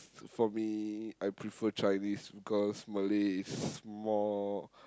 for me I prefer Chinese because Malay is more